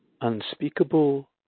unspeakable